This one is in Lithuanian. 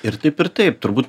ir taip ir taip turbūt